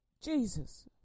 Jesus